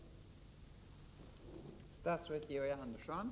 Jag vill gärna ha svar på dessa frågor.